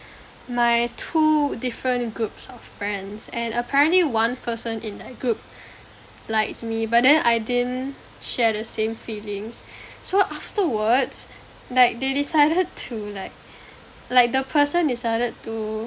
my two different groups of friends and apparently one person in that group likes me but then I didn't share the same feelings so afterwards like they decided to like like the person decided to